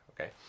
okay